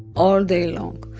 all day long,